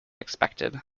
expected